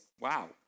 wow